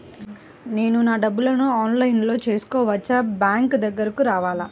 నేను నా డబ్బులను ఆన్లైన్లో చేసుకోవచ్చా? బ్యాంక్ దగ్గరకు రావాలా?